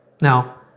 Now